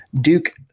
Duke